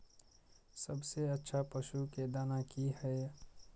सबसे अच्छा पशु के दाना की हय?